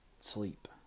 Sleep